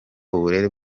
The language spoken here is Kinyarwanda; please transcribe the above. uburere